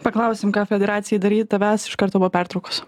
paklausim ką federacijai daryt tavęs iš karto po pertraukos